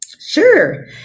Sure